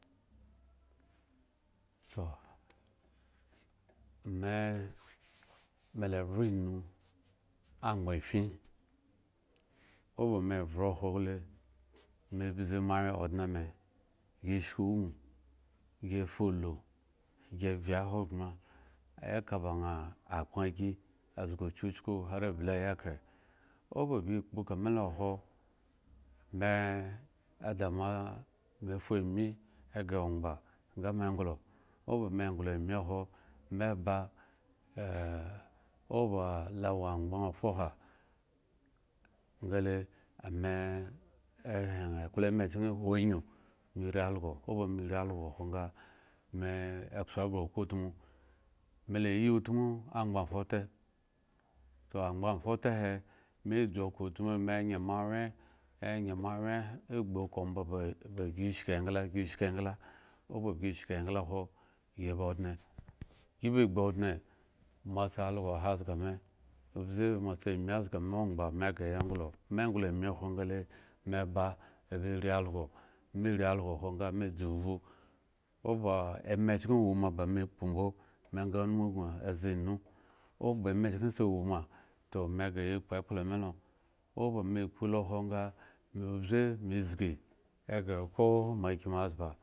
To ame la evo enu anyba afin owo bame evo wo sule, me ebzi mo anwy moa odne me eshki ogno gi falu si vye hogbre eka ba na agbno fi azigi kyukyuku aple aya kye oba si ekpo kame lo ehwo me eda me evu ami egree ogbaa ga me egolo owo bme egolo ami ehwo me eboa owo ba lo awo angba fuha sale me hen eklo eme kyen ewo ayu me eri also owo ba me eri also ewo sa me edzu egre okro utmu me la eye utmu angba afute to angba afute he me dzu okro utmu ame ene ma wye ene ma mwy egbo okro ba si shki egla owo ba si eshki egle ehwo si eba odne si ba gbo odne moa sa also ha zya me obze moa asa ami aza me ogbaa me gre ya solo me solo ami wo sule me eba me ba eri also wo sale me dzu hpo owo ba ekyen ewo ma ba me ekpo bo me ga enugno edzi enu wo ba eme kyen sa ewo ma to me sa si ye kpo ekpo me lo ehwo obza egre okpo mo a a kimi zmbar